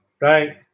right